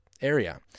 area